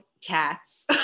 cats